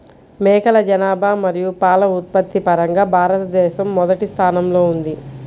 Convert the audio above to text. మేకల జనాభా మరియు పాల ఉత్పత్తి పరంగా భారతదేశం మొదటి స్థానంలో ఉంది